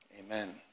Amen